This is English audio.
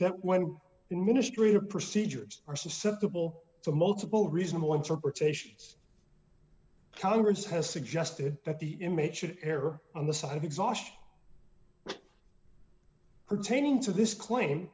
that when in ministry or procedures are susceptible to multiple reasonable interpretations congress has suggested that the inmate should err on the side of exhaustion pertaining to this claim